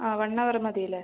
ആ one hour മതി അല്ലേ